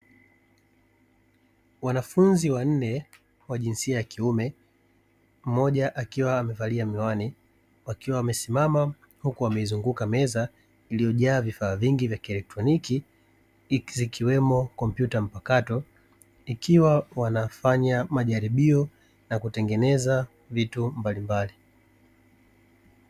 Wanafunzi wanne wa jinsia ya kiume, mmoja akiwa amevalia miwani wakiwa wamesima huku wameizunguka meza iliyojaa vifaa vingi vya kielektroniki, zikiwemo kompyuta mpakato ikiwa wanafanya majaribio na kutengeneza vitu mbalimbali.